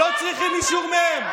לא צריכים אישור מהם.